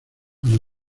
para